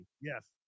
Yes